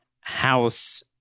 House